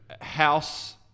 House